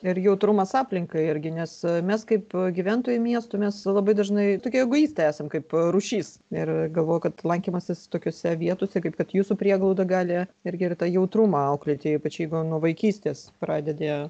ir jautrumas aplinkai irgi nes mes kaip gyventojai miestų mes labai dažnai tokie egoistai esam kaip rūšis ir galvoju kad lankymasis tokiose vietose kaip kad jūsų prieglauda gali irgi ir tą jautrumą auklėti ypač jeigu nuo vaikystės pradedi